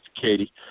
Katie